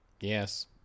Yes